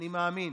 אני מאמין